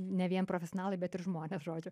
ne vien profesionalai bet ir žmonės žodžiu